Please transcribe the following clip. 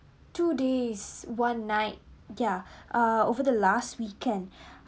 two days one night ya uh over the last weekend